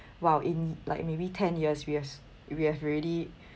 !wow! in like maybe ten years we has we have already